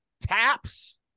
taps